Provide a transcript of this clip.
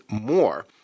more